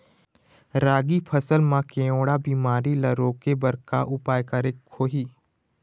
रागी फसल मा केवड़ा बीमारी ला रोके बर का उपाय करेक होही?